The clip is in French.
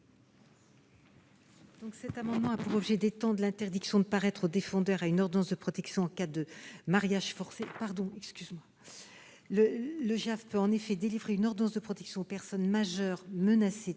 Cet amendement vise à étendre l'interdiction de paraître aux défendeurs à une ordonnance de protection en cas de mariage forcé. Le juge aux affaires familiales peut en effet délivrer une ordonnance de protection aux personnes majeures menacées